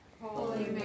Holy